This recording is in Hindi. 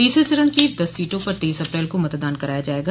तीसरे चरण की दस सीटों पर तेईस अप्रैल को मतदान कराया जायेगा